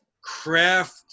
craft